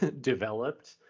developed